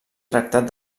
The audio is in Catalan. tractat